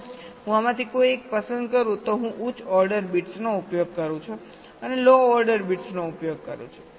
જો હું આમાંથી કોઈ એક પસંદ કરું તો હું ઉચ્ચ ઓર્ડર બિટ્સનો ઉપયોગ કરું છું અને લો ઓર્ડર બિટ્સનો ઉપયોગ કરું છું